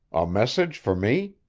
a message for me!